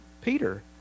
Peter